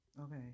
Okay